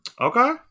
Okay